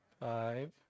five